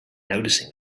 noticing